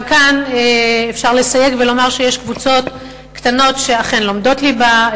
גם כאן אפשר לסייג ולומר שיש קבוצות קטנות שאכן לומדות ליבה,